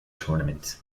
tournament